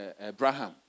Abraham